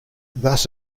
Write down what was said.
thus